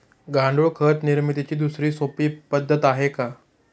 गांडूळ खत निर्मितीची दुसरी सोपी पद्धत आहे का?